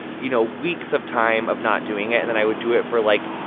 you know, weeks of time of not doing it, and then i would do it for, like,